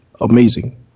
amazing